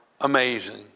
amazing